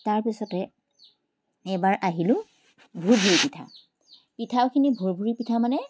তাৰপিছতে এইবাৰ আহিলোঁ ভুৰভুৰি পিঠা পিঠাখিনি ভুৰভুৰি পিঠা মানে